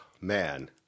man